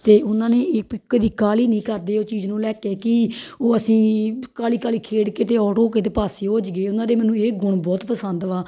ਅਤੇ ਉਹਨਾਂ ਨੇ ਇੱਕ ਕਦੇ ਕਾਹਲੀ ਨਹੀਂ ਕਰਦੇ ਉਹ ਚੀਜ਼ ਨੂੰ ਲੈ ਕੇ ਕਿ ਉਹ ਅਸੀਂ ਕਾਹਲੀ ਕਾਹਲੀ ਖੇਡ ਕੇ ਅਤੇ ਆਊਟ ਹੋ ਕੇ ਅਤੇ ਪਾਸੇ ਹੋ ਜਾਈਏ ਉਹਨਾਂ ਦੇ ਮੈਨੂੰ ਇਹ ਗੁਣ ਬਹੁਤ ਪਸੰਦ ਵਾ